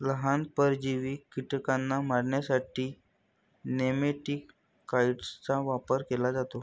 लहान, परजीवी कीटकांना मारण्यासाठी नेमॅटिकाइड्सचा वापर केला जातो